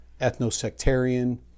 ethno-sectarian